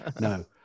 No